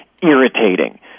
Irritating